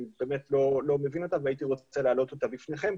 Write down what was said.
באמת לא מבין אותה והייתי רוצה להעלות אותה בפניכם.